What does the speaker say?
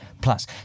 plus